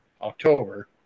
October